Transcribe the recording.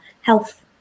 health